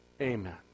Amen